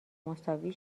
مساوی